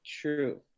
True